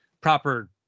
proper